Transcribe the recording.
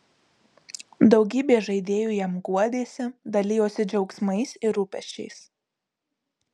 daugybė žaidėjų jam guodėsi dalijosi džiaugsmais ir rūpesčiais